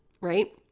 right